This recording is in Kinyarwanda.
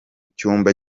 cyumba